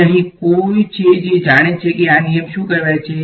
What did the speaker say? અને અહીં કોઈ છે જે જાણે છે કે આ નિયમ શું કહેવાય છે